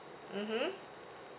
mmhmm